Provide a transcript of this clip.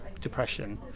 depression